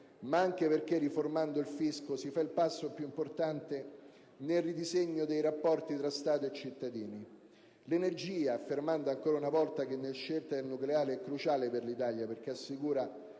ma anche perché riformando il fisco si fa il passo più importante nel ridisegno dei rapporti tra Stato e cittadini. In terzo luogo, l'energia, affermando ancora una volta che la scelta del nucleare è cruciale per l'Italia, perché assicura